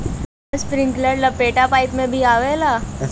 का इस्प्रिंकलर लपेटा पाइप में भी आवेला?